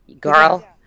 Girl